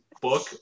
book